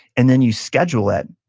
and then you schedule it,